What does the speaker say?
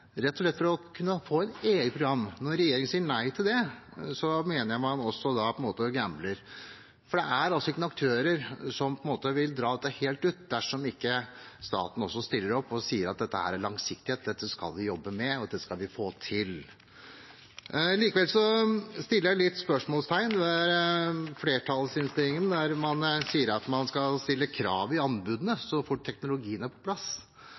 å kunne få et eget program. Når regjeringen sier nei til det, mener jeg man gambler. Det er ingen aktører som vil dra dette helt ut dersom ikke staten også stiller opp og sier at dette er langsiktighet, dette skal vi jobbe med, og dette skal vi få til. Likevel setter jeg også spørsmålstegn ved flertallsinnstillingen, der man sier at man skal stille krav i anbudene så fort teknologien er på plass.